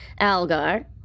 Algar